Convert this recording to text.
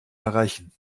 erreichen